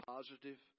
Positive